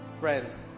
Friends